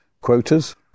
Quotas